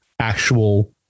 actual